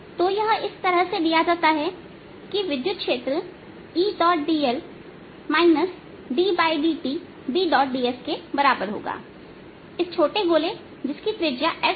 तो यह इस तरह दिया जाता है कि विद्युत क्षेत्र Edl ddtBdsइस छोटे गोले जिसकी त्रिज्या S है